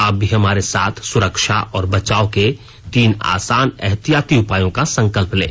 आप भी हमारे साथ सुरक्षा और बचाव के तीन आसान एहतियाती उपायों का संकल्प लें